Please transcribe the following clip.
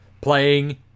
playing